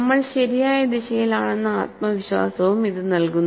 നമ്മൾ ശരിയായ ദിശയിലാണെന്ന ആത്മവിശ്വാസവും ഇത് നൽകുന്നു